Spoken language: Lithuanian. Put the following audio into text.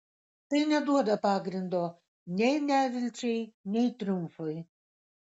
tai neduoda pagrindo nei nevilčiai nei triumfui